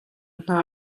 hna